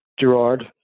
Gerard